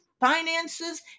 finances